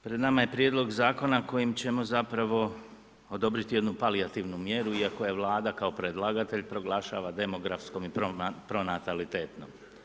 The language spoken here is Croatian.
Pred nama je prijedlog zakona kojim ćemo zapravo odobrit jednu palijativnu mjeru, iako je Vlada kao predlagatelj proglašava demografskom i pronatalitetnom.